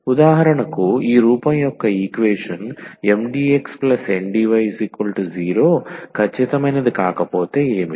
ఉదాహరణకు ఈ రూపం యొక్క ఈక్వేషన్ MdxNdy0 ఖచ్చితమైనది కాకపోతే ఏమిటి